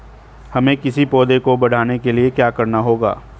हमें किसी पौधे को बढ़ाने के लिये क्या करना होगा?